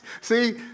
See